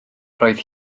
roedd